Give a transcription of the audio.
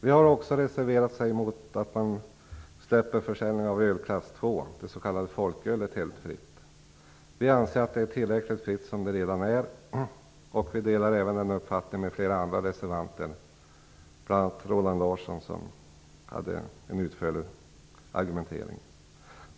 Vi har också reserverat oss mot att man släpper försäljningen av öl klass II, det s.k. folkölet, helt fritt. Vi anser att det redan är tillräckligt fritt. Den uppfattningen delar vi även med flera andra reservanter, bl.a. Roland Larsson som hade en utförlig argumentering.